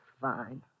Fine